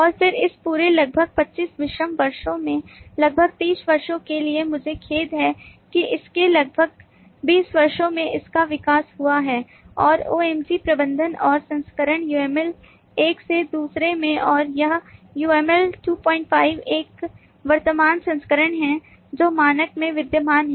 और फिर इस पूरे लगभग 25 विषम वर्षों में लगभग 30 वर्षों के लिए मुझे खेद है कि इसके लगभग 20 वर्षों में इसका विकास हुआ है और OMG प्रबंधक और संस्करण UML एक से दूसरे में और यह UML 25 एक वर्तमान संस्करण है जो मानक में विद्यमान है